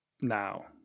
now